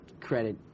credit